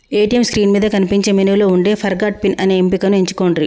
ATM screen మీద కనిపించే మెనూలో వుండే ఫర్గాట్ పిన్ అనే ఎంపికను ఎంచుకొండ్రి